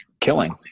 killing